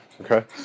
Okay